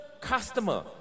customer